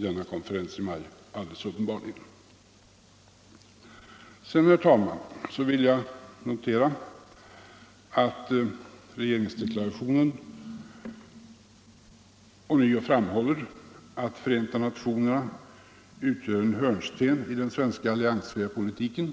under konferensen i april och maj. Sedan vill jag, herr talman, notera att regeringsdeklarationen ånyo framhåller att vårt medlemskap i FN utgör en hörnsten i den svenska alliansfria politiken.